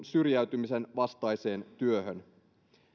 syrjäytymisen vastaiseen työhön